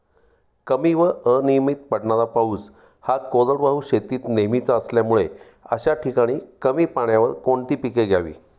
कमी व अनियमित पडणारा पाऊस हा कोरडवाहू शेतीत नेहमीचा असल्यामुळे अशा ठिकाणी कमी पाण्यावर कोणती पिके घ्यावी?